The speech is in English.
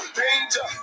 danger